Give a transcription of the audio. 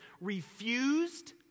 refused